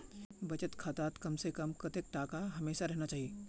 बचत खातात कम से कम कतेक टका हमेशा रहना चही?